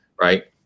right